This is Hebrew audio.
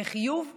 לחיוב ולשלילה.